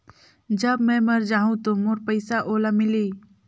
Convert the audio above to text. जब मै मर जाहूं तो मोर पइसा ओला मिली?